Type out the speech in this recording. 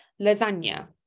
lasagna